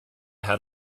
had